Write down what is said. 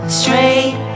straight